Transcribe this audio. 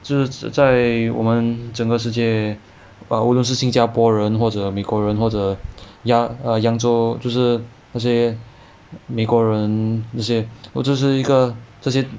就是在我们整个世界吧无论是新加坡人或者美国人或者扬扬州就是那些美国人那些我就是一个这些